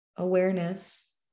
Awareness